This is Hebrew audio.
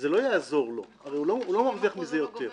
זה לא יעזור לו, הרי הוא לא מרוויח מזה יותר.